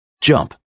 jump